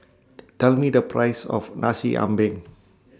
Tell Me The Price of Nasi Ambeng